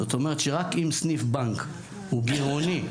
זאת אומרת שרק אם סניף בנק הוא גרעוני,